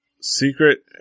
Secret